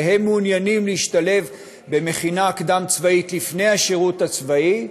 והם מעוניינים להשתלב במכינה קדם-צבאית לפני השירות הצבאי,